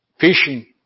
fishing